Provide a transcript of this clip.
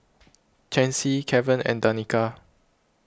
Chancy Keven and Danica